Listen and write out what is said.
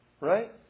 right